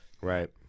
Right